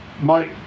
Mike